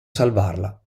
salvarla